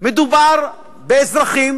מדובר באזרחים